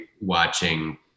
watching